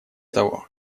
того